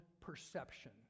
perception